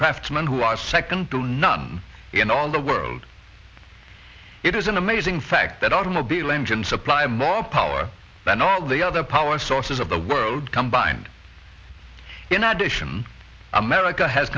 craftsmen who are second to none in all the world it is an amazing fact that automobile engines supply more power than all the other power sources of the world combined in addition america has